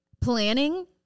planning